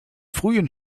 frühen